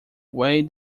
way